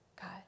God